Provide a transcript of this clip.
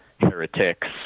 heretics